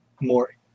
more